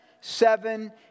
seven